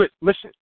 listen